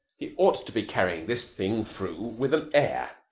he ought to be carrying this thing through with an air.